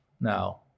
now